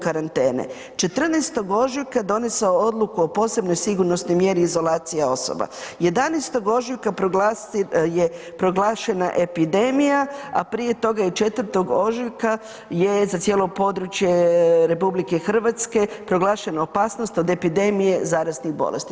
karantene, 14. ožujka donesao odluku o posebnoj sigurnosnoj mjeri izolacija osoba, 11. ožujka proglašena je epidemija, a prije toga je 4. ožujka je za cijelo područje RH proglašena opasnost od epidemije zaraznih bolesti.